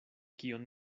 kion